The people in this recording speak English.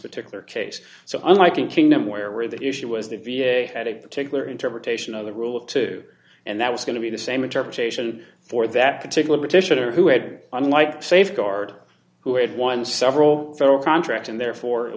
particular case so unlike in kingdom where where the issue was the v a had a particular interpretation of the rule of two and that was going to be the same interpretation for that particular petitioner who had unlike safeguard who had won several federal contracts and therefore it